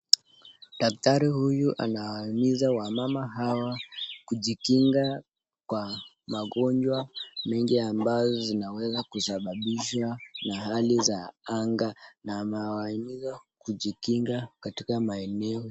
Daktari huyu anaimiza wamama kujikinga kwa magonjwa mengi ambazo zinaweza kusababisha na hali za anga na anawaimiza kujikinga katika maeneo.